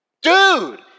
dude